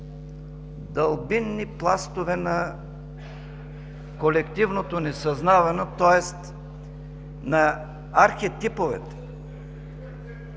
дълбинни пластове на колективното несъзнавано, тоест на архитиповете.